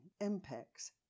impacts